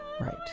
Right